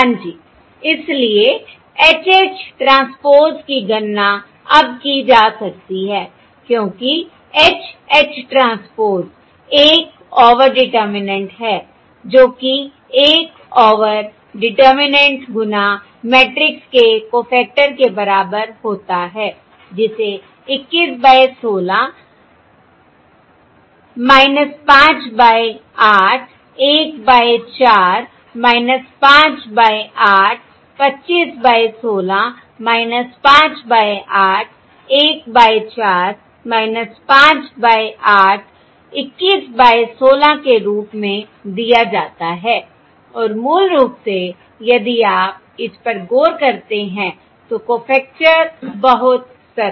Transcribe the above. हाँ जी इसलिए H H ट्रांसपोज़ की गणना अब की जा सकती है क्योंकि H H transpose 1 over determinant है जो कि 1 ओवर डिटरमिनेन्ट गुना मैट्रिक्स के कॊफैक्टर के बराबर होता है जिसे 21 by 16 5 by 8 1 by 4 5 by 8 25 by 16 5 by 8 1 by 4 5 by 8 21 by 16 के रूप में दिया जाता है और मूल रूप से यदि आप इस पर गौर करते हैं तो कॊफैक्टर बहुत सरल है